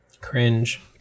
Cringe